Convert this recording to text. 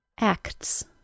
acts